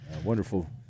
Wonderful